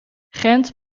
gent